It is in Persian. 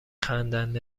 خندند